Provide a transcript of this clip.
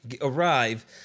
arrive